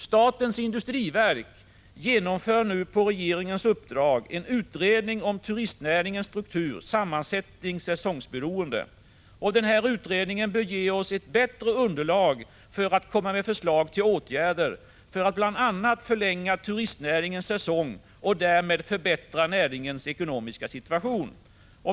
Statens industriverk genomför nu på regeringens uppdrag en utredning om turistnäringens struktur, sammansättning och säsongsberoende. Den här utredningen bör ge oss ett bättre underlag för att komma med förslag till åtgärder för att bl.a. förlänga turistnäringens säsong och därmed förbättra näringens ekonomiska situation.